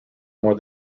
more